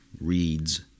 reads